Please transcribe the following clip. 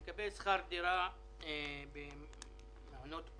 לגבי שכר דירה בשוק הפרטי,